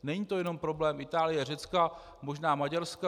Není to jenom problém Itálie, Řecka, možná Maďarska.